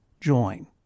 join